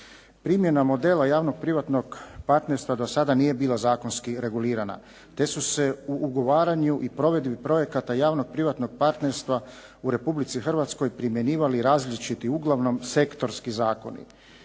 Primjena modela javnog privatnog partnerstva do sada nije bila zakonski regulirana, te su se u ugovaranju i provedbi projekata javnog privatnog partnerstva u Republici Hrvatskoj primjenjivali različiti, uglavnom sektorski zakoni.